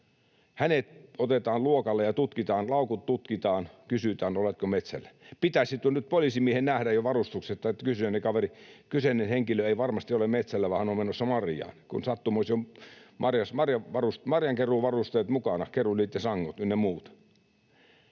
hänet otetaan luokalle ja tutkitaan, laukut tutkitaan, kysytään, oletko metsällä. Pitäisi nyt poliisimiehen nähdä jo varustuksesta, että kyseinen kaveri, kyseinen henkilö ei varmasti ole metsällä, vaan hän on menossa marjaan, kun sattumoisin on marjankeruuvarusteet mukana, kerulit ja sangot ynnä muut.